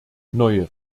neue